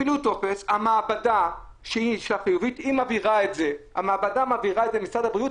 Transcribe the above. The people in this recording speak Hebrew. המעבדה מעבירה את זה למשרד הבריאות,